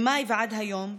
ממאי ועד היום,